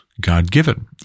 God-given